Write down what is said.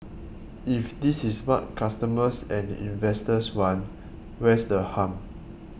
if this is what customers and investors want where's the harm